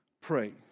pray